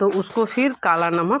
तो उसको फिर काला नमक